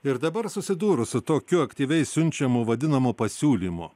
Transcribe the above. ir dabar susidūrus su tokiu aktyviai siunčiamu vadinamu pasiūlymu